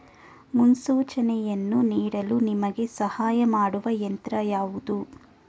ಮುನ್ಸೂಚನೆಯನ್ನು ನೀಡಲು ನಿಮಗೆ ಸಹಾಯ ಮಾಡುವ ಯಂತ್ರ ಯಾವುದು?